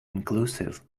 inclusive